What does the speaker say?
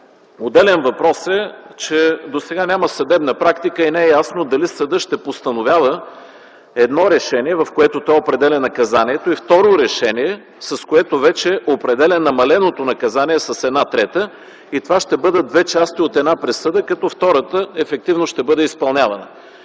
Отделен въпрос е, че досега няма съдебна практика и не е ясно дали съдът ще постановява едно решение, в което той определя наказанието, и второ решение, с което вече определя намаленото наказание с една трета и това ще бъдат две части от една присъда, като втората ефективно ще бъде изпълнявана.